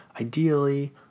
ideally